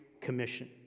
commission